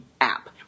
app